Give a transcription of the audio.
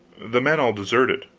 the men all deserted,